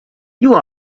you